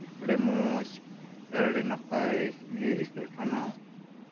ᱟᱹᱰᱤ ᱢᱚᱡᱽ ᱥᱮ ᱟᱹᱰᱤ ᱱᱟᱯᱟᱭ ᱜᱮ ᱟᱹᱭᱠᱟᱹᱜ ᱠᱟᱱᱟ